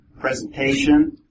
presentation